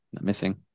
missing